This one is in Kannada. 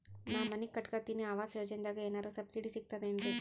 ನಾ ಮನಿ ಕಟಕತಿನಿ ಆವಾಸ್ ಯೋಜನದಾಗ ಏನರ ಸಬ್ಸಿಡಿ ಸಿಗ್ತದೇನ್ರಿ?